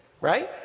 right